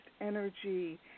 energy